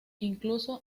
incluso